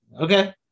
okay